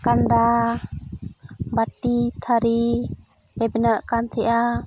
ᱠᱟᱸᱰᱟ ᱵᱟᱹᱴᱤ ᱛᱷᱟᱹᱨᱤ ᱞᱮ ᱵᱮᱱᱟᱣ ᱮᱫᱠᱟᱱ ᱛᱟᱦᱮᱫᱼᱟ